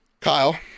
Kyle